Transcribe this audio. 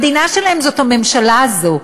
המדינה שלהם זאת הממשלה הזאת,